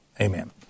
amen